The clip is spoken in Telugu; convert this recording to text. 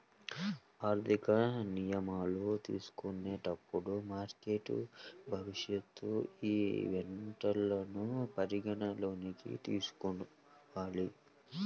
ఆర్థిక నిర్ణయాలు తీసుకునేటప్పుడు మార్కెట్ భవిష్యత్ ఈవెంట్లను పరిగణనలోకి తీసుకోవాలి